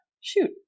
shoot